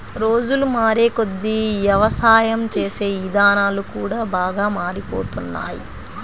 రోజులు మారేకొద్దీ యవసాయం చేసే ఇదానాలు కూడా బాగా మారిపోతున్నాయ్